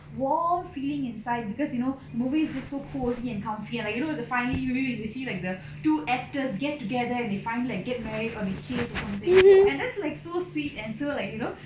warm feeling inside because you know the movie is just so cosy and comfy and like you know the final view you see like the two actors get together and they finally like get married or they kiss or something that's like so sweet and so like you know